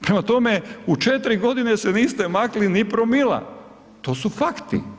Prema tome, u 4 g. se niste makli ni promila, to su fakti.